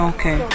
Okay